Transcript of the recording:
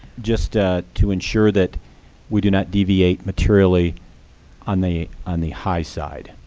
just ah to ensure that we do not deviate materially on the on the high side.